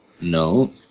No